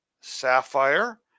sapphire